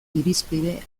irizpide